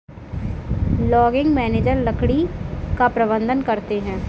logging manager लकड़ी का प्रबंधन करते है